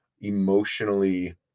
emotionally